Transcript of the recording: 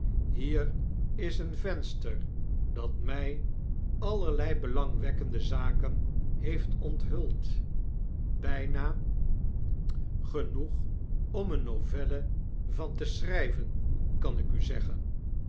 hier is een venster dat my allerlei belangwekken de zaken heeft onthuld byna genoeg om eene novelle van te schryven kan ik u zeggen